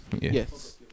Yes